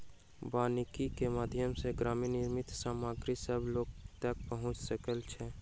वानिकी के माध्यम सॅ ग्रामीण निर्मित सामग्री सभ लोक तक पहुँच सकै छै